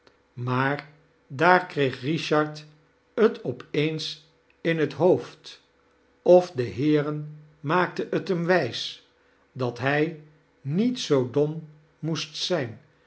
maar daar kreeg richard t op eens in het hoofd of de heeren maakten t hem wijs dat hij niet zoo dom moest zijn